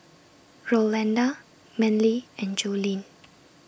Rolanda Manly and Jolene